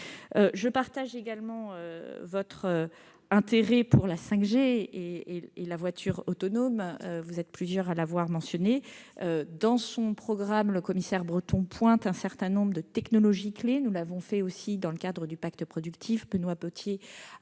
Je partage également votre intérêt pour la 5G et la voiture autonome, sujets que plusieurs d'entre vous ont évoqués. Dans son programme, le commissaire Breton pointe un certain nombre de technologies clés. Nous l'avons fait aussi dans le cadre du pacte productif. Benoît Potier a